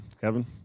Kevin